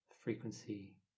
frequency